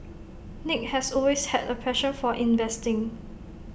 nick has always had A passion for investing